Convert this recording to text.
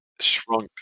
Shrunk